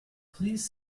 please